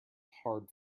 hard